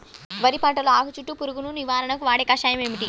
వరి పంటలో ఆకు చుట్టూ పురుగును నివారణకు వాడే కషాయం ఏమిటి?